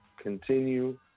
continue